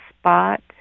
spot